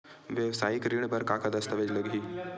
वेवसायिक ऋण बर का का दस्तावेज लगही?